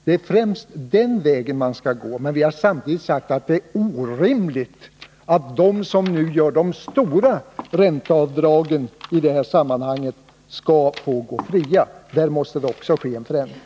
Det är främst den vägen man skall gå, men vi har samtidigt sagt att det är orimligt att de som nu gör de stora ränteavdragen skall få gå fria. Där måste det också bli en ändring.